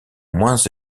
moins